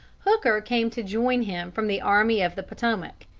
hooker came to join him from the army of the potomac,